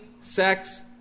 sex